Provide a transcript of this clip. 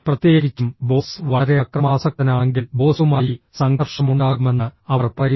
പ്രത്യേകിച്ചും ബോസ് വളരെ അക്രമാസക്തനാണെങ്കിൽ ബോസുമായി സംഘർഷമുണ്ടാകുമെന്ന് അവർ പറയുന്നു